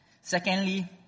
Secondly